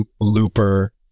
Looper